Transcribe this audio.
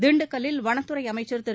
திண்டுக்கல்லில் வனத்துறை அமைச்சர் திரு